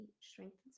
strengthens